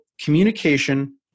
communication